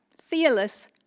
fearless